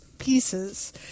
pieces